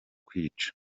kwica